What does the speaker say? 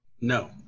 No